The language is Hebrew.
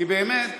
כי באמת,